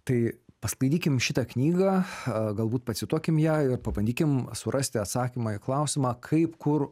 tai paskaitykim šitą knygą galbūt pacituokim ją ir pabandykim surasti atsakymą į klausimą kaip kur